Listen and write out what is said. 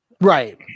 right